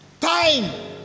Time